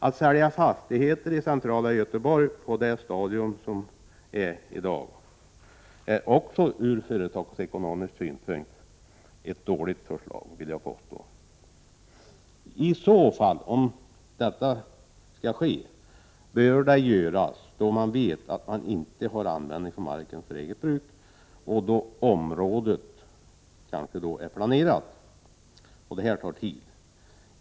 Att sälja fastigheter i centrala Göteborg på detta stadium är också det ur företagsekonomisk synpunkt ett dåligt förslag. Om detta skall ske bör det göras då man vet att man inte har användning för marken för eget bruk, och då områdena är planerade. Detta tartid.